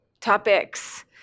topics